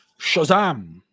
Shazam